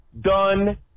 done